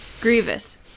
Grievous